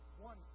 one